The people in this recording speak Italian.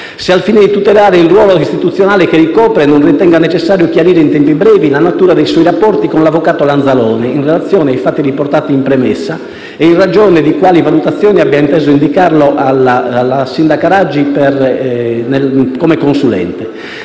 se, al fine di tutelare il ruolo istituzionale che ricopre, non ritenga necessario chiarire in tempi brevi la natura dei suoi rapporti con l'avvocato Lanzalone, in relazione ai fatti riportati in premessa e in ragione di quali valutazioni abbia inteso indicarlo alla sindaca Raggi come consulente;